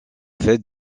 fête